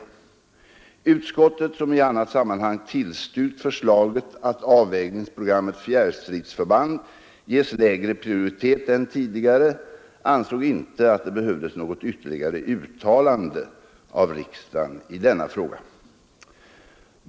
Utskottet som i annat sammanhang tillstyrkt förslaget, att avvägningsprogrammet Fjärrstridsförband ges lägre prioritet än tidigare, ansåg inte att det behövdes något ytterligare uttalande av riksdagen i denna fråga.